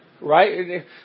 right